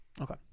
okay